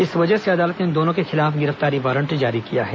इस वजह से अदालत ने इन दोनों के खिलाफ गिरफ्तारी वारंट जारी किया है